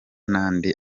n’andi